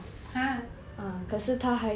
!huh!